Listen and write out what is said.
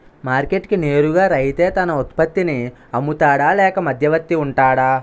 Market కి నేరుగా రైతే తన ఉత్పత్తి నీ అమ్ముతాడ లేక మధ్యవర్తి వుంటాడా?